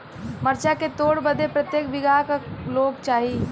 मरचा के तोड़ बदे प्रत्येक बिगहा क लोग चाहिए?